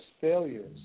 failures